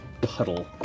puddle